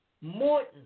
Morton